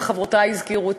וחברותי הזכירו,